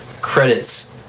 Credits